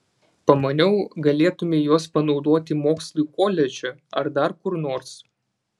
pamaniau galėtumei juos panaudoti mokslui koledže ar dar kur nors